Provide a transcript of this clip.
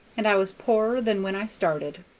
and i was poorer than when i started.